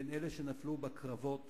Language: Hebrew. בין אלה שנפלו בקרבות